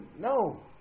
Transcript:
No